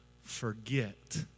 forget